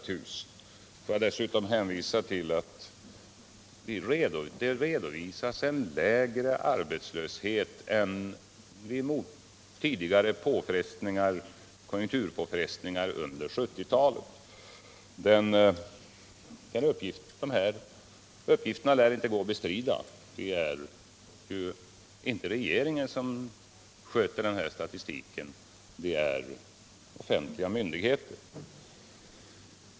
Får jag dessutom hänvisa till att det redovisas lägre arbetslöshet nu än vid tidigare konjunkturpåfrestningar under 1970-talet. De uppgifterna lär det inte gå att bestrida; det är ju inte regeringen som sköter den här statistiken, utan det gör offentliga myndigheter.